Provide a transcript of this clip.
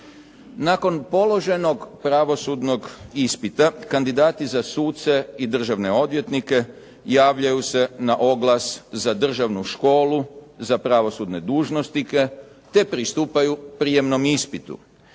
Nakon položenog pravosudnog ispita, kandidati za suce i državne odvjetnike javljaju se na oglas za državnu školu za pravosudne dužnosnike, te pristupaju prijemnom ispitu.